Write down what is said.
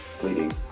bleeding